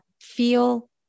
feel